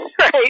right